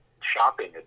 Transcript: shopping